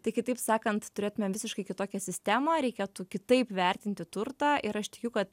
tai kitaip sakant turėtumėm visiškai kitokią sistemą reikėtų kitaip vertinti turtą ir aš tikiu kad